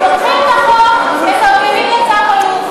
לוקחים את החוק, מתרגמים לצו אלוף.